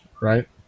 right